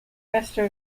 esther